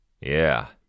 Yeah